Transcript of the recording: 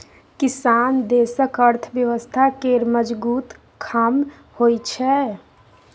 किसान देशक अर्थव्यवस्था केर मजगुत खाम्ह होइ छै